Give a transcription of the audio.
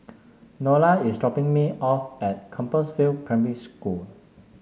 Nola is dropping me off at Compassvale Primary School